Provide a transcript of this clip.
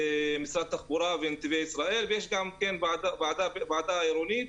משרד התחבורה ונתיבי ישראל, ויש גם ועדה עירונית,